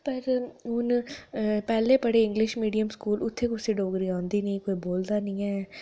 पर हून पैह्ले बड़े इंग्लिश मिडियम स्कूल उत्थै कुसै गी डोगरी आंदी नेई ही कोई बोलदा नेई ऐ